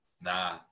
Nah